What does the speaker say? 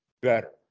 better